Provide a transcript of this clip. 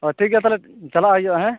ᱚ ᱴᱷᱤᱠ ᱜᱮᱭᱟ ᱛᱟᱦᱚᱞᱮ ᱪᱟᱞᱟᱜ ᱦᱩᱭᱩᱜᱼᱟ ᱦᱮᱸ